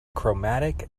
chromatic